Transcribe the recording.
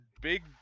big